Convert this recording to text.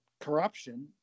corruption